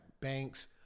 banks